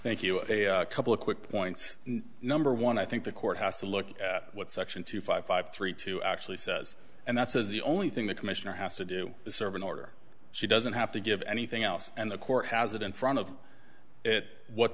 thank you a couple of quick points number one i think the court has to look at what section two five five three two actually says and that says the only thing the commissioner has to do is serve an order she doesn't have to give anything else and the court has it in front of it what